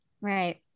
Right